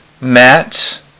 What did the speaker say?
Matt